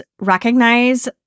recognize